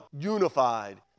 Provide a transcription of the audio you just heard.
unified